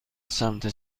سمت